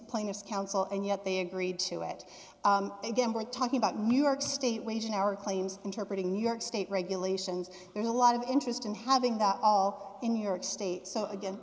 plaintiffs counsel and yet they agreed to it again we're talking about new york state wage and hour claims interpreting new york state regulations there's a lot of interest in having that all in new york state so again